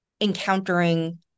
encountering